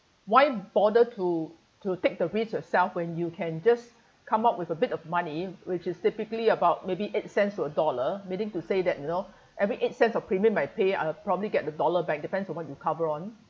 why bother to to take the risk yourself when you can just come up with a bit of money which is typically about maybe eight cents to a dollar meaning to say that you know every eight cents of premium I pay I probably get the dollar back depends on what you cover on